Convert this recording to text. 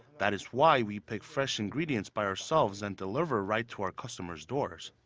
that is why we pick fresh ingredients by ourselves and deliver right to our customers' doors.